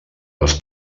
les